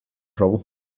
trouble